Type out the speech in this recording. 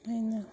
ꯑꯩꯅ